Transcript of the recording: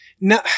No